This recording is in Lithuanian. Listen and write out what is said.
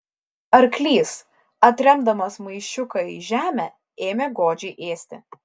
arklys atremdamas maišiuką į žemę ėmė godžiai ėsti